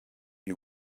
you